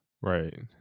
Right